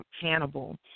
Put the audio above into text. Hannibal